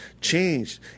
changed